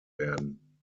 werden